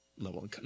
Level